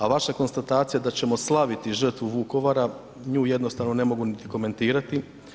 A vaša konstatacija da ćemo slaviti žrtvu Vukovara, nju jednostavno ne mogu niti komentirati.